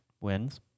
wins